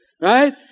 Right